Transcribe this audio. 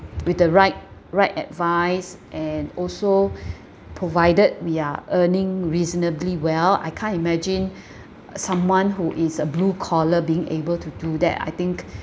with the right right advice and also provided we are earning reasonably well I can't imagine uh someone who is a blue collar being able to do that I think